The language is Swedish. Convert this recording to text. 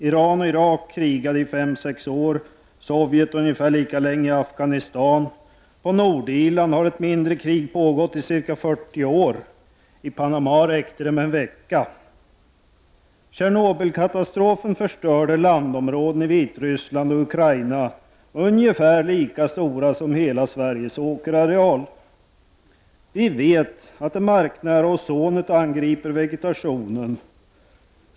Iran och Irak krigade i fem sex år, Sovjet ungefär lika länge i Afghanistan. I Nordirland har ett mindre krig pågått i ca 40 år. I Panama räckte det med en vecka. Tjernobylkatastrofen förstörde landområden i Vitryssland och Ukraina som är ungefär lika stora som hela Sveriges åkerareal. Vi vet att det marknära ozonet angriper vegetationen.